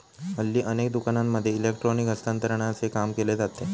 हल्ली अनेक दुकानांमध्ये इलेक्ट्रॉनिक हस्तांतरणाचे काम केले जाते